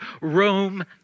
Rome